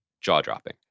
jaw-dropping